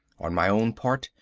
on my own part,